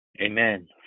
Amen